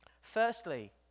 Firstly